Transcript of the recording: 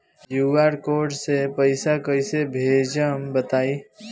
QR code से पईसा कईसे भेजब बताई?